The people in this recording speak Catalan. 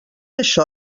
això